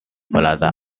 plaza